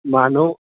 মানুহ